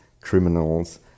criminals